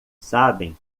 sabem